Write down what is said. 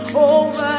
over